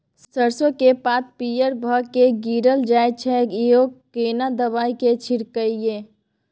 सरसो के पात पीयर भ के गीरल जाय छै यो केना दवाई के छिड़कीयई?